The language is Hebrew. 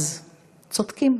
אז צודקים,